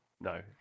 No